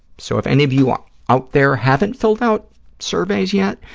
so, if any of you ah out there haven't filled out surveys yet,